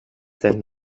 denn